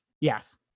Yes